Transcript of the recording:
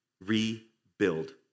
Rebuild